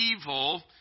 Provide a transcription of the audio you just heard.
evil